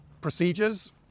procedures